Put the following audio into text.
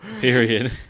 period